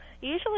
Usually